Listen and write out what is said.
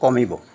কমিব